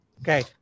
Okay